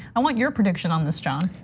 i want your prediction on this, john?